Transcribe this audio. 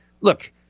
look